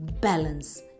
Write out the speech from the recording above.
balance